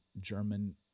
German